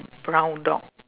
brown dog